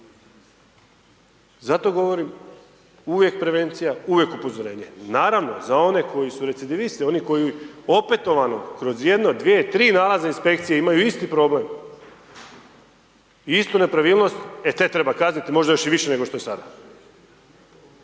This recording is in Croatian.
Zato govorim uvijek prevencija, uvijek upozorenje. Naravno, za one koji su recidivisti, oni koji opetovano kroz jedno, dvije, tri nalaza Inspekcije imaju isti problem i istu nepravilnost, e te treba kazniti, možda još i više nego što je sada.